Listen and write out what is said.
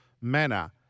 manner